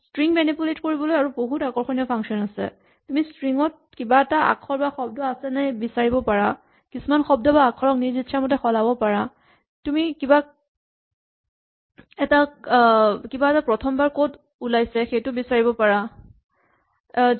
string manipulate কৰিবলৈ আৰু বহুতো আকৰ্ষণীয় ফাংচন আছে তুমি ষ্ট্ৰিং ত কিবা এটা আখৰ বা শব্দ আছেনে নাই বিচাৰিব পাৰা কিছুমান শব্দ বা আখৰক নিজ ইচ্ছামতে সলাব পাৰা তুমি কিবা এটা প্ৰথম বাৰ ক'ত ওলাইছে সেইটো বিচাৰিব পাৰা ইত্যাদি